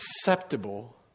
acceptable